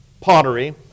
pottery